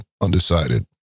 undecided